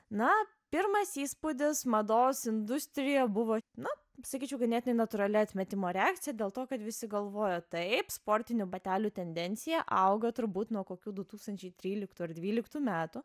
na pirmas įspūdis mados industrija buvo na sakyčiau ganėtinai natūrali atmetimo reakcija dėl to kad visi galvojo taip sportinių batelių tendencija auga turbūt nuo kokių du tūkstančiai tryliktų ar dvyliktų metų